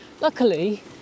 luckily